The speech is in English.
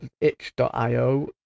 itch.io